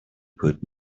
put